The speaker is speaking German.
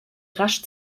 rasch